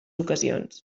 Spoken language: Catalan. ocasions